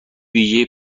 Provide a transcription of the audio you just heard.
ویژهی